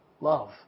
love